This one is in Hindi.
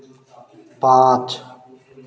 पाँच